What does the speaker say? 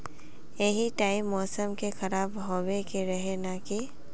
यही टाइम मौसम के खराब होबे के रहे नय की?